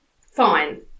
Fine